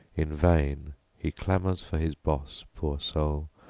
in vain he clamors for his boss, pour soul,